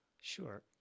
Sure